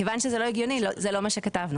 כיוון שזה לא הגיוני זה לא מה שכתבנו.